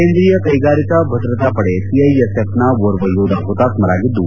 ಕೇಂದ್ರೀಯ ಕೈಗಾರಿಕಾ ಭದ್ರತಾ ಪಡೆ ಸಿಐಎಸ್ಎಫ್ನ ಓರ್ವ ಯೋಧ ಹುತಾತ್ತರಾಗಿದ್ದು